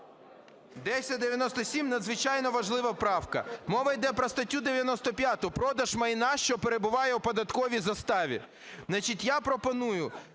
1097 – надзвичайно важлива правка. Мова йде про статтю 95 "Продаж майна, що перебуває у податковій заставі".